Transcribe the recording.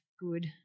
good